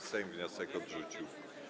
Sejm wniosek odrzucił.